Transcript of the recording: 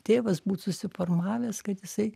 tėvas būt susiformavęs kad jisai